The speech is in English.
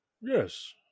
Yes